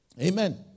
Amen